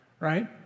right